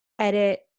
edit